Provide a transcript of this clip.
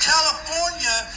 California